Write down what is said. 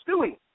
Stewie